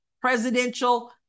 presidential